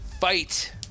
fight